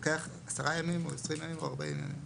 לוקח 10 ימים, 20 ימים או 40 ימים?